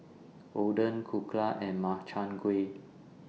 Oden Dhokla and Makchang Gui